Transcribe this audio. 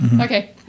Okay